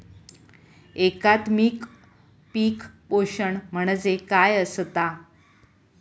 एकात्मिक पीक पोषण म्हणजे काय असतां?